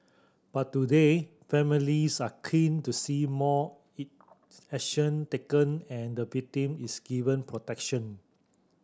but today families are keen to see more it action taken and the victim is given protection